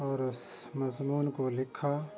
اور اس مضمون کو لکھا